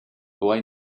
boy